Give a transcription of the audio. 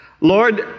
Lord